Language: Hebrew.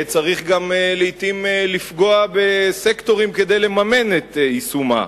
צריך גם לעתים לפגוע בסקטורים כדי לממן את יישומה.